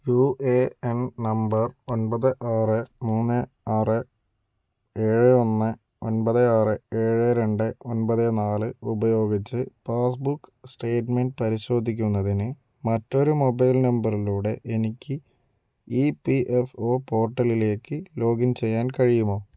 U A N number ഒമ്പത് ആറ് മൂന്ന് ആറ് ഏഴ് ഒന്ന് ഒമ്പത് ആറ് ഏഴ് രണ്ട് ഒമ്പത് നാല് ഉപയോഗിച്ച് പാസ്ബുക്ക് സ്റ്റേറ്റ്മെൻറ്റ് പരിശോധിക്കുന്നതിന് മറ്റൊരു മൊബൈൽ നമ്പറിലൂടെ എനിക്ക് ഇ പി എഫ് ഒ പോർട്ടലിലേക്ക് ലോഗിൻ ചെയ്യാൻ കഴിയുമോ